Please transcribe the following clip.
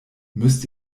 müsst